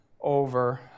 over